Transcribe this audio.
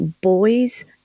Boys